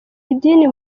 idini